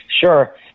Sure